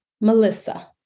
Melissa